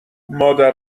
مادر